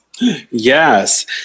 Yes